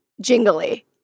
jingly